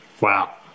Wow